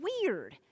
weird